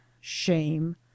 shame